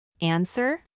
Answer